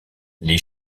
les